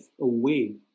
away